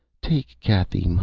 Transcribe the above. take cathy,